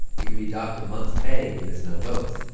you can be docked a month's pay if you miss enough votes.